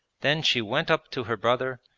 then she went up to her brother,